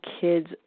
kids